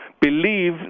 believe